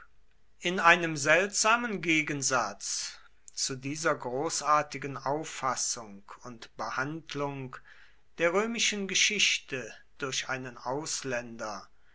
in einem seltsamen gegensatz zu dieser großartigen auffassung und behandlung der römischen geschichte durch einen ausländer